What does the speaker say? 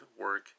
work